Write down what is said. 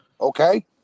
Okay